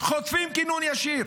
חוטפים כינון ישיר.